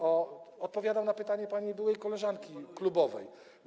Odpowiadam na pytanie pani byłej koleżanki klubowej.